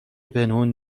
پنهون